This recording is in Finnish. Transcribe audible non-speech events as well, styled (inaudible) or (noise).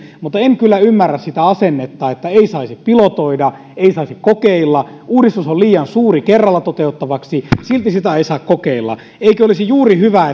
mutta en kyllä ymmärrä sitä asennetta että ei saisi pilotoida ei saisi kokeilla uudistus on liian suuri kerralla toteutettavaksi silti sitä ei saa kokeilla eikö olisi juuri hyvä (unintelligible)